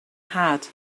had